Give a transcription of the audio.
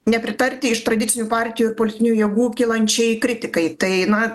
nepritarti iš tradicinių partijų ir politinių jėgų kylančiai kritikai tai na